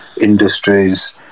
industries